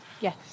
Yes